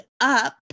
up